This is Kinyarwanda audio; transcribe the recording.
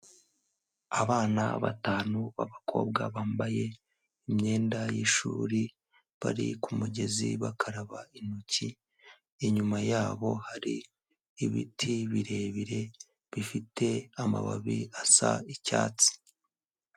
Abana batanu b'abakobwa bambaye imyenda y'ishuri bari ku mugezi bakaraba intoki, inyuma yabo hari ibiti birebire bifite amababi asa icyatsi.